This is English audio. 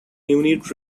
unit